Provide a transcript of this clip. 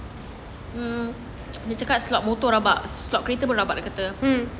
mm dia cakap slot motor rabak slot kereta pun rabak dia kata